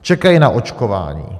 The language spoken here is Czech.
Čekají na očkování.